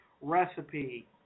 recipe